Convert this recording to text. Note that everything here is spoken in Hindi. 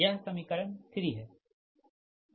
यह समीकरण 3 है